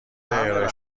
ارائه